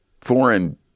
foreign